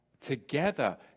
together